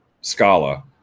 Scala